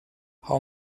how